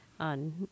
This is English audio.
on